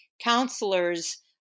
counselor's